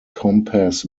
compass